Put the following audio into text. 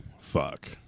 Fuck